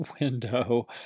window